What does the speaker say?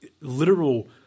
literal